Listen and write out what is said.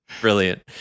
brilliant